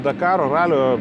dakaro ralio